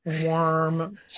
warm